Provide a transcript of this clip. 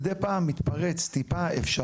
מידי פעם אפשר טיפה להתפרץ.